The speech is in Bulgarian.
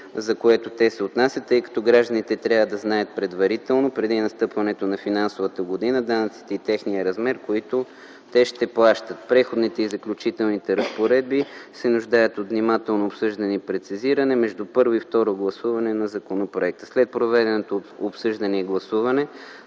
за които те се отнасят, тъй като гражданите трябва да знаят предварително, преди настъпването на финансовата година данъците и техния размер, които те ще плащат. Преходните и заключителни разпоредби се нуждаят от внимателно обсъждане и прецизиране между първо и второ гласуване на законопроекта. След проведеното обсъждане и гласуване